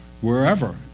wherever